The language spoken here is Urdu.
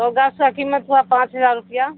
گوگا کا قیمت ہے پانچ ہزار روپیہ